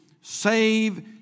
save